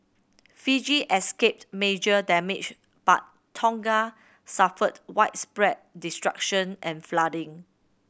Fiji escaped major damage but Tonga suffered widespread destruction and flooding